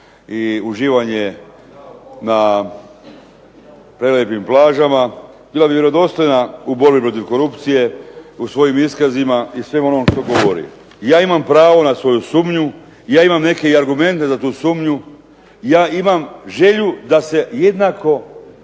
i uživanje na prelijepim plažama. Bila bi vjerodostojna u borbi protiv korupcije u svojim iskazima i u svemu onome što govori. Ja imam pravo na svoju sumnju, ja imam i neke argumente za tu sumnju, ja imam želju da se jednako